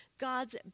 God's